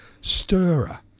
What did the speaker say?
stirrer